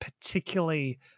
particularly